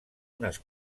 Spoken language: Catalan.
unes